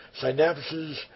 synapses